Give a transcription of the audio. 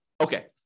Okay